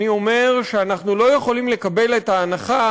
אני אומר שאנחנו לא יכולים לקבל את ההנחה